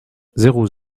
zéro